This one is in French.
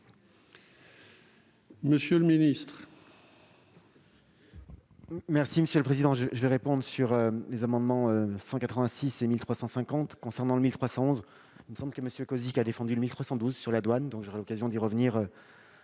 monsieur les ministres,